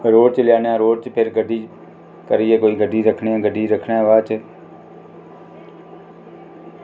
road च लेआने आं रोड़ बिच भी गड्डी करियै कोई गड्डी रक्खने आं गड्डी रक्खने दे बाद